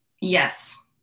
yes